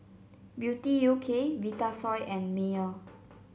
Beauty U K Vitasoy and Mayer